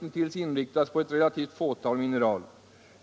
intills inriktats på ett relativt fåtal mineral.